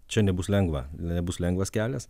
čia nebus lengva nebus lengvas kelias